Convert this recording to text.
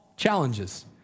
challenges